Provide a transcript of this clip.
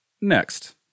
next